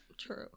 True